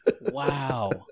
Wow